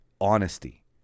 honesty